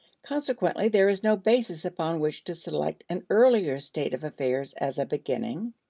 consequently there is no basis upon which to select an earlier state of affairs as a beginning,